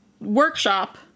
workshop